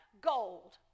gold